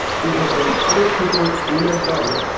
we have done other people, and ourselves,